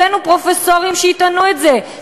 הבאנו פרופסורים שיטענו את זה,